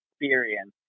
experience